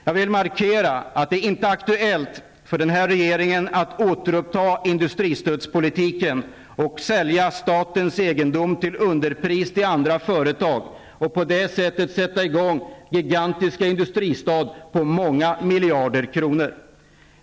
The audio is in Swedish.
Jag vill markera att det inte är aktuellt för den här regeringen att återuppta industristödspolitiken och sälja statens egendom till underpris till andra företag och på det sättet sätta i gång gigantiska industristöd på många miljarder kronor.